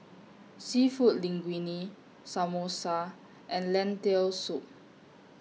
Seafood Linguine Samosa and Lentil Soup